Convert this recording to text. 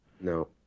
No